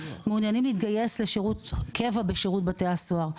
מעוניינים להתגייס לשירות קבע בשירות בתי הסוהר.